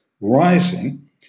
rising